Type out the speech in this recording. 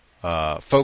Folks